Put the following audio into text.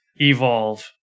evolve